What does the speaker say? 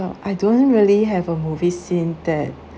uh I don't really have a movie scene that